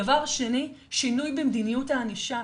דבר שני, שינוי במדיניות הענישה.